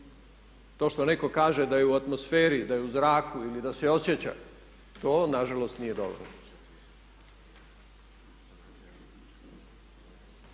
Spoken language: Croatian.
To što netko kaže da je u atmosferi, da je u zraku ili da se osjeća to nažalost nije dovoljno.